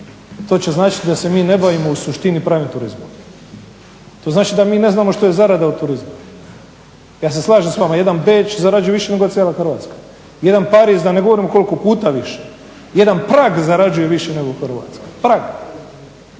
to će značiti da se mi ne bavimo u suštini pravim turizmom, to znači da mi ne znamo što je zarada u turizmu. Ja se slažem s vama jedan Beč zarađuje više nego cijela Hrvatska, jedan Pariz da ne govorim koliko puta više, jedan Prag zarađuje više nego Hrvatska, Prag.